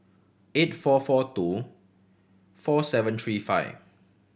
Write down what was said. eight four four two four seven three five